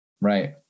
Right